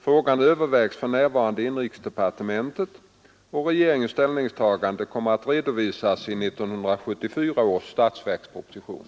Frågan övervägs för närvarande i inrikesdepartementet, och regeringens ställningstagande kommer att redovisas i 1974 års statsverksproposition.